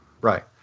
Right